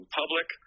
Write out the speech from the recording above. public